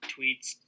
tweets